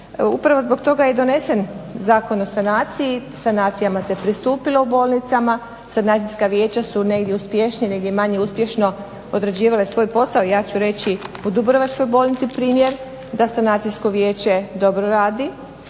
Upravo zbog toga je donesen Zakon o sanaciji, sanacijama se pristupilo u bolnicama, Sanacijska vijeća su negdje uspješnije, negdje manje uspješno odrađivala svoj posao, ja ću reći u Dubrovačkoj bolnici, primjer, da Sanacijsko vijeće dobro radi